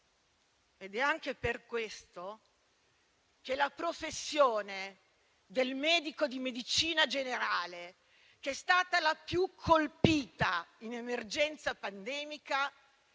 Ed è anche per questo che la professione del medico di medicina generale, che è stata la più colpita in emergenza pandemica,